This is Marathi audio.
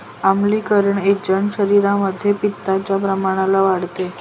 आम्लीकरण एजंट शरीरामध्ये पित्ताच्या प्रमाणाला वाढवते